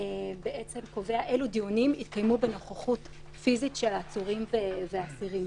קובע אילו דיונים יתקיימו בנוכחות פיזית של עצורים ואסירים.